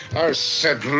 said,